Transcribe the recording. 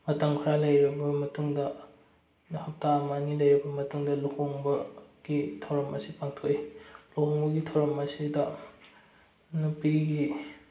ꯃꯇꯝ ꯈꯔ ꯂꯩꯔꯕ ꯃꯇꯨꯡꯗ ꯍꯞꯇꯥ ꯑꯃ ꯑꯅꯤ ꯂꯩꯔꯕ ꯃꯇꯨꯡꯗ ꯂꯨꯍꯣꯡꯕꯒꯤ ꯊꯧꯔꯝ ꯑꯁꯤ ꯄꯥꯡꯊꯣꯛꯏ ꯂꯨꯍꯣꯡꯕꯒꯤ ꯊꯧꯔꯝ ꯑꯁꯤꯗ ꯅꯨꯄꯤꯒꯤ